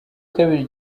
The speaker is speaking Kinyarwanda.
kabiri